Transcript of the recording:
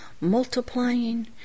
multiplying